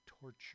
torture